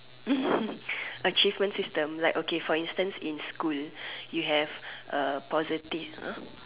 achievement system like okay for instance in school you have a positive !huh!